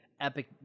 epic